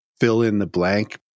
fill-in-the-blank